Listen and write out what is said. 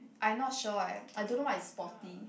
I not sure eh I don't know what is sporty